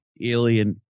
Alien